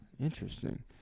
interesting